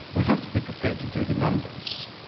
we have to be prepared to do the numbers.